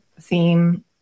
theme